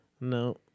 No